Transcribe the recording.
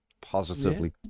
Positively